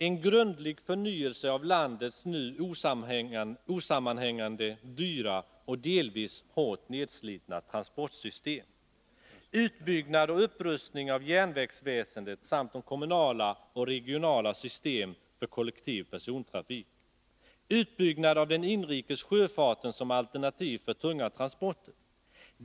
En grundlig förnyelse av landets nu osammanhängande, dyra och delvis hårt nedslitna transportsystem. Utbyggnad och upprustning av järnvägsväsendet samt det kommunala och regionala systemet för kollektiv persontrafik. Utbyggnad av den inrikes sjöfarten som alternativ för tunga transporter.